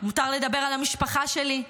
מותר לדבר על המשפחה שלי.